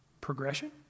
progression